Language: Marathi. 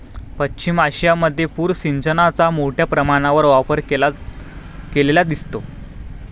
पश्चिम आशियामध्ये पूर सिंचनाचा मोठ्या प्रमाणावर वापर केलेला दिसतो